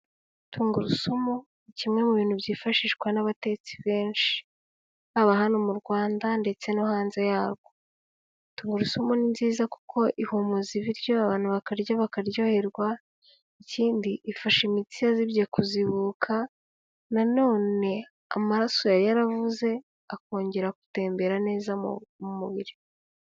Tungurusumu ni kimwe mu bintu byifashishwa n'abatetsi benshi, aba hano mu Rwanda ndetse no hanze yarwo, Tungurusumu ni nziza kuko ihumuza ibiryo abantu bakarya bakaryoherwa, ikindi ifasha imitsi yazibye kuzibuka, na none amaraso yari yaravuze akongera gutembera neza mu mubiri.